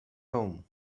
home